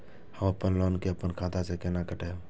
हम अपन लोन के अपन खाता से केना कटायब?